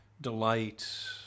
delight